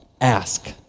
ask